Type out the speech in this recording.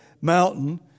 mountain